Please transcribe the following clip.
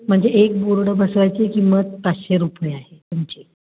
म्हणजे एक बोर्ड बसवायची किंमत पाचशे रुपये आहे तुमची